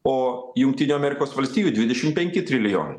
o jungtinių amerikos valstijų dvidešim penki trilijonai